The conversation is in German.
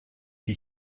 die